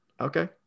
Okay